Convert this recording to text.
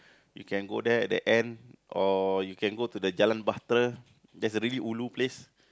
you can go there at the end or you can go to the Jalan Bahtera there's a really ulu place